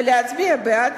ולהצביע בעד